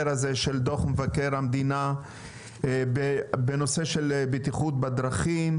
הזה של דו"ח מבקר המדינה בנושא של בטיחות בדרכים,